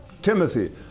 Timothy